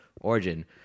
origin